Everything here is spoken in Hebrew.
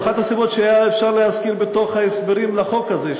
זאת אחת הסיבות שהיה אפשר להזכיר בהסברים לחוק הזה,